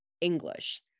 English